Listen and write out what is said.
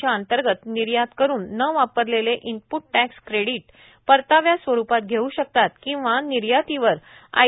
च्या अंतर्गत निर्यात करून न वापरलेले इनप्ट टॅक्स क्रेडिट परताव्या स्वरूपात घेऊ शकतात किंवा निर्यातीवर आय